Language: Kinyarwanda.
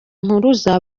mpuruza